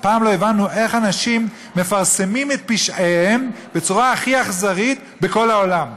אף פעם לא הבנו איך אנשים מפיצים את פשעיהם בצורה הכי אכזרית בכל העולם.